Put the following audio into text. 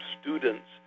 students